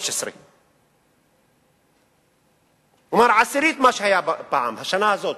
15. כלומר, עשירית ממה שהיה פעם בשנה הזאת,